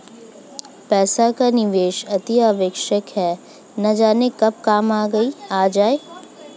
पैसे का निवेश अतिआवश्यक है, न जाने कब काम आ जाए